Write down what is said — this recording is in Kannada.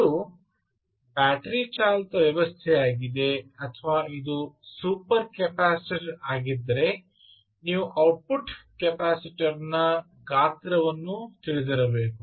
ಇದು ಬ್ಯಾಟರಿ ಚಾಲಿತ ವ್ಯವಸ್ಥೆಯಾಗಿದೆ ಅಥವಾ ಇದು ಸೂಪರ್ ಕೆಪಾಸಿಟರ್ ಆಗಿದ್ದರೆ ನೀವು ಔಟ್ಪುಟ್ ಕೆಪಾಸಿಟರ್ನ ಗಾತ್ರವನ್ನು ತಿಳಿದಿರಬೇಕು